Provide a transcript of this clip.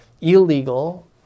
illegal